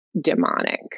demonic